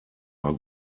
are